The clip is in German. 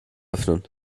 öffnen